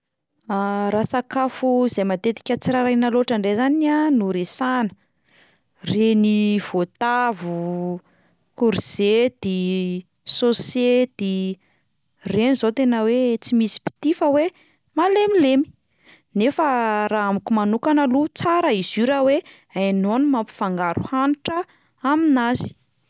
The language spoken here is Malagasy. Raha sakafo zay matetika tsy rarahiana loatra indray zany a no resahana, reny voatavo, korizety, sôsety, reny izao tena hoe tsy misy mpitia fa hoe malemilemy, nefa raha amiko manokana aloha tsara izy io raha hoe hainao ny mampifangaro hanitra aminazy.